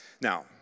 Now